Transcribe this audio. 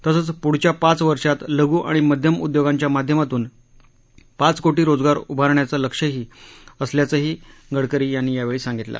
तसंच पुढच्या पाच वर्षात लघु आणि मध्यम उद्योगांच्या माध्यमातून पाच कोटी रोजगार उभारण्याचं लक्ष्य असल्याचंही गडकरी यांनी यावेळी सांगितलं